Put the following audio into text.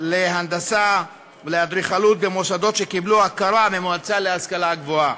להנדסה ולאדריכלות במוסדות שקיבלו הכרה מהמועצה להשכלה גבוהה.